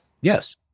Yes